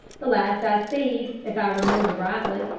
the last i seed, if i remimber rightly,